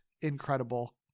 incredible